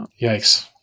Yikes